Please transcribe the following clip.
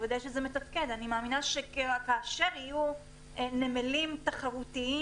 אני מאמינה שכאשר יהיו נמלים תחרותיים